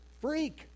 freak